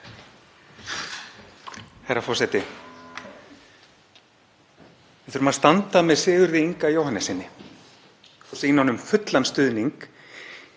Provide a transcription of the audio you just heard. Herra forseti. Við þurfum að standa með Sigurði Inga Jóhannessyni og sýna honum fullan stuðning